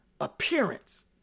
appearance